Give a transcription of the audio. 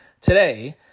today